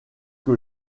que